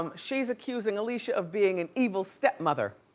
um she's accusing alicia of being an evil stepmother.